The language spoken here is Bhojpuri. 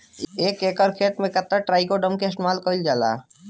एक एकड़ खेत में कितना ट्राइकोडर्मा इस्तेमाल कईल जाला?